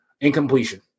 incompletion